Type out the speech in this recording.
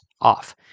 off